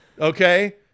Okay